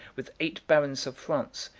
with eight barons of france,